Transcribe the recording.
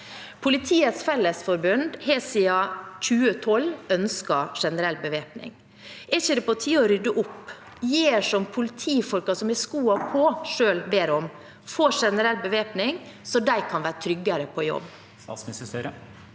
Politiets Fellesforbund har siden 2012 ønsket en generell bevæpning. Er det ikke på tide å rydde opp og gjøre som politifolkene, som har skoene på, selv ber om – få en generell bevæpning, slik at de kan være tryggere på jobb?